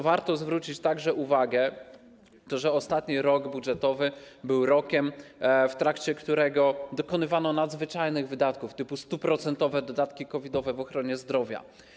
Warto także zwrócić uwagę, że ostatni rok budżetowy był rokiem, w trakcie którego dokonywano nadzwyczajnych wydatków typu: 100-procentowe dodatki COVID-owe w ochronie zdrowia.